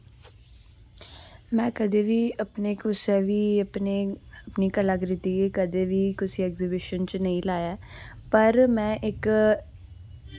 में कदें बी अपने कुसे वी अपने अपनी कलाकृति गी कदे वी कुसे एक्सिबिशन च नेईं लाया ऐ पर में इक